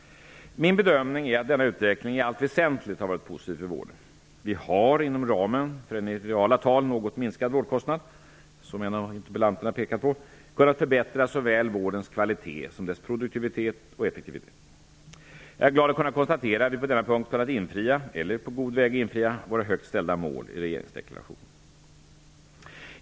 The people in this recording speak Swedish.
Min bedömning är att denna utveckling i allt väsentligt har varit positiv för vården. Vi har -- inom ramen för en i reala tal något minskad vårdkostnad, vilket en av interpellanterna pekat på -- kunnat förbättra såväl vårdens kvalitet som dess produktivitet och effektivitet. Jag är glad att kunna konstatera att vi på denna punkt kunnat infria eller är på god väg att infria våra högt ställda mål i regeringsdeklarationen.